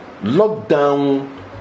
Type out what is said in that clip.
lockdown